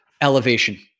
elevation